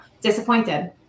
disappointed